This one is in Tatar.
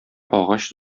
агач